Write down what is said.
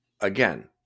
again